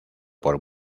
por